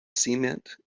cement